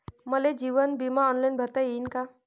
मले जीवन बिमा ऑनलाईन भरता येईन का?